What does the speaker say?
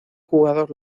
jugador